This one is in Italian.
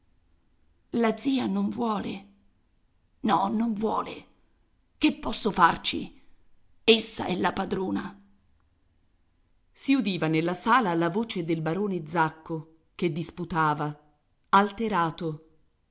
la zia non vuole no non vuole che posso farci essa è la padrona si udiva nella sala la voce del barone zacco che disputava alterato